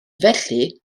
felly